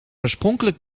oorspronkelijk